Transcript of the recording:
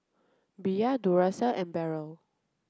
Bia Duracell and Barrel